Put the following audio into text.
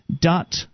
dot